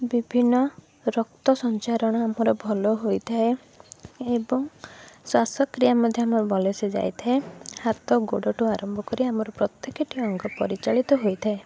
ବିଭିନ୍ନ ରକ୍ତ ସଞ୍ଚାରଣ ଆମର ଭଲ ହୋଇଥାଏ ଏବଂ ଶ୍ଵାସକ୍ରିୟା ମଧ୍ୟ ଆମର ଭଲସେ ଯାଇଥାଏ ହାତ ଗୋଡ଼ଠୁ ଆରମ୍ଭ କରି ଆମର ପ୍ରତ୍ୟେକଟି ଅଙ୍ଗ ପରିଚାଳିତ ହୋଇଥାଏ